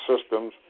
systems